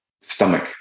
stomach